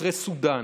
אחרי סודאן,